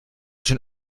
schon